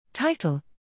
Title